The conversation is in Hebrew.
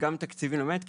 תקציב לתרומה מן המת.